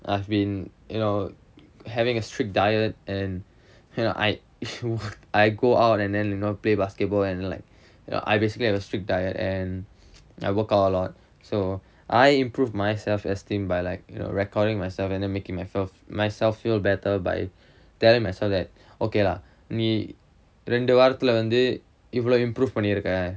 I've been you know having a strict diet and I I go out and then you know play basketball and like ya I basically have a strict diet and I work out a lot so I improve myself esteemed by like you know recording myself and then making myself myself feel better by telling myself that okay lah me ரெண்டு வாரத்துல வந்து இவ்வளோ:rendu vaarathula vanthu ivvalo improve பண்ணிருக்க:pannirukka